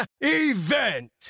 event